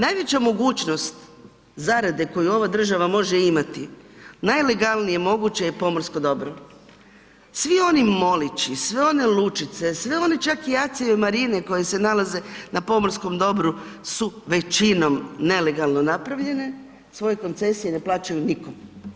Najveća mogućnost zarade koju ova država može imati, najlegalnije moguće je pomorsko dobro svi oni molići, sve one lučice, sve one čak i ACI-e i marine koje se nalaze na pomorskom dobru su većinom nelegalno napravljene svoje koncesije ne plaćaju nikom.